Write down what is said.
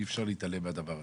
אי אפשר להתעלם מהדבר הזה.